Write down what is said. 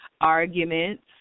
arguments